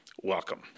welcome